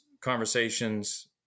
conversations